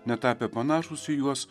netapę panašūs į juos